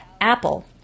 Apple